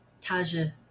Taja